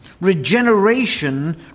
Regeneration